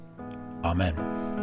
Amen